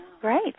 Great